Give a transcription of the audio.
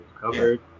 covered